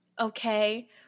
Okay